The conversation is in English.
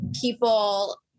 people